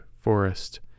forest